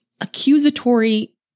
accusatory